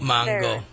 Mango